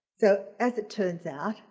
so as it turns out,